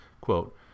Quote